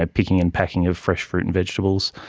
ah picking and packing of fresh fruit and vegetables,